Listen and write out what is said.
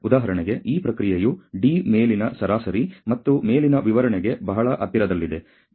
ಉದಾಹರಣೆಗೆ ಈ ಪ್ರಕ್ರಿಯೆಯು D ಮೇಲಿನ ಸರಾಸರಿ ಮೇಲಿನ ವಿವರಣೆಗೆ ಬಹಳ ಹತ್ತಿರದಲ್ಲಿದೆ